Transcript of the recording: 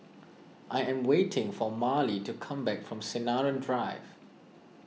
I am waiting for Marlie to come back from Sinaran Drive